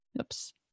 oops